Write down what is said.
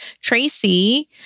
Tracy